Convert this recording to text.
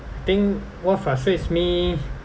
I think what frustrates me